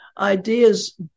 ideas